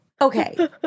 okay